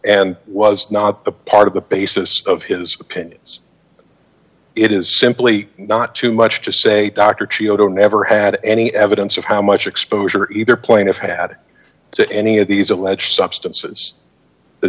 and was not a part of the basis of his opinions it is simply not too much to say doctor cio never had any evidence of how much exposure either plaintiff had to any of these alleged substances the